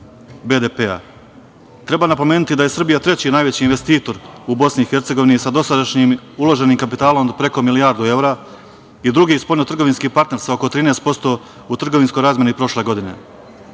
BDP-a. Treba napomenuti da je Srbija treći najveći investitor u Bosni i Hercegovini sa dosadašnjim uloženim kapitalom od preko milijardu evra i drugi spoljno-trgovinski partner sa oko 13% u trgovinskoj razmeni prošle